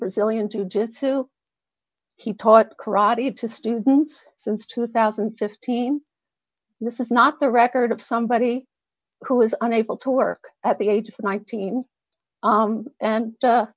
brazilian jiu jitsu he taught karate to students since two thousand and fifteen this is not the record of somebody who is unable to work at the age of nineteen and